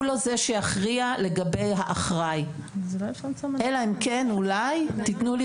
הוא לא זה שיכריע לגבי האחראי אלא אם כן אולי תנו לי